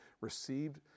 received